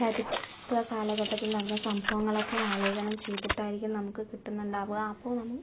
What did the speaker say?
ചരിത്ര കാലഘട്ടത്തിൽ നടന്ന സംഭവങ്ങൾ ഒക്കെ ആലേഖനം ചെയ്തിട്ടായിരിക്കും നമുക്ക് കിട്ടുന്നുണ്ടാവുക അപ്പം